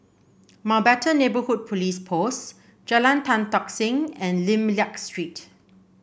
Mountbatten Neighbourhood Police Post Jalan Tan Tock Seng and Lim Liak Street